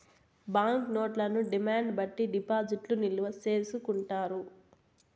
bank నోట్లను demand బట్టి డిపాజిట్లు నిల్వ చేసుకుంటారు